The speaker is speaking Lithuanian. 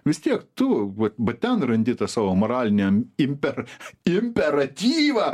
vis tiek tu vat vat ten randi tą savo moraliniam imper imperatyvą